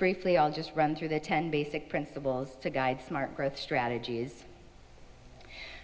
briefly i'll just run through the ten basic principles to guide smart growth strategies